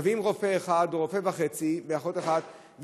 מביאים רופא אחד או רופא וחצי ואחות אחת,